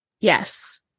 Yes